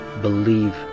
believe